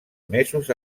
mesos